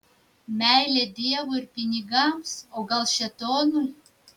meilė dievui ir pinigams o gal šėtonui